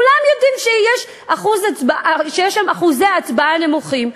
כולם יודעים שיש שם אחוזי הצבעה נמוכים,